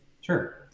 sure